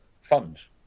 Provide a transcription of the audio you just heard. funds